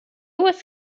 was